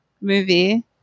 movie